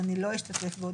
ואני לא אשתתף בו,